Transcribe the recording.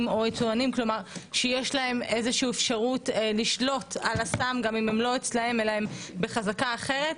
או יצואנים שיש להם איזושהי אפשרות לשלוט על הסם גם אם הם בחזקה אחרת.